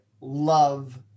love